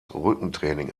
rückentraining